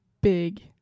big